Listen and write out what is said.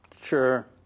Sure